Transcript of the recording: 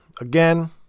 Again